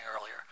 earlier